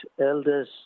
elders